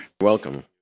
Welcome